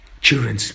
children